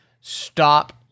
Stop